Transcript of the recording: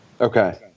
Okay